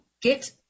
get